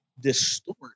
distort